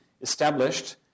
established